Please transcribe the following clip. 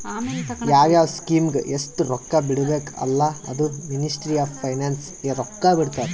ಯಾವ್ ಯಾವ್ ಸ್ಕೀಮ್ಗ ಎಸ್ಟ್ ರೊಕ್ಕಾ ಬಿಡ್ಬೇಕ ಅಲ್ಲಾ ಅದೂ ಮಿನಿಸ್ಟ್ರಿ ಆಫ್ ಫೈನಾನ್ಸ್ ಎ ರೊಕ್ಕಾ ಬಿಡ್ತುದ್